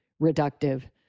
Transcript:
reductive